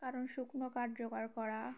কারণ শুকনো কাঠ জোগাড় করা